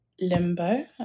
limbo